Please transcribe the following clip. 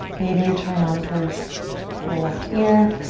maybe you turn on towards your left ear.